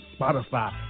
Spotify